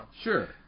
Sure